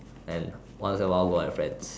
and once in a while go out with friends